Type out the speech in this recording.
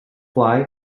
fly